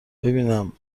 ببینم